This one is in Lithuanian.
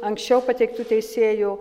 anksčiau pateiktų teisėjų